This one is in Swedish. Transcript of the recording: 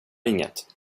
inget